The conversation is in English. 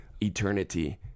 eternity